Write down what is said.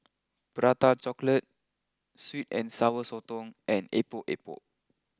Prata chocolate sweet and Sour Sotong and Epok Epok